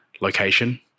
location